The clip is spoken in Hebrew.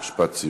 משפט סיום.